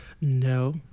no